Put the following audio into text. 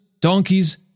donkeys